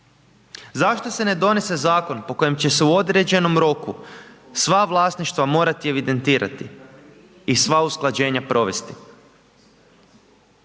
Zašto se ne donese zakon u kojem će se u određenom roku, sva vlasništva morati evidentirati i sva usklađenja provesti?